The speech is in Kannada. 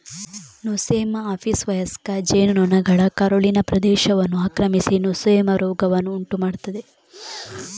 ನೊಸೆಮಾ ಆಪಿಸ್ವಯಸ್ಕ ಜೇನು ನೊಣಗಳ ಕರುಳಿನ ಪ್ರದೇಶವನ್ನು ಆಕ್ರಮಿಸಿ ನೊಸೆಮಾ ರೋಗವನ್ನು ಉಂಟು ಮಾಡ್ತದೆ